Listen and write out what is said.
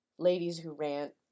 ladies-who-rant